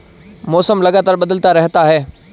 मौसम लगातार बदलता रहता है